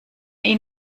ihn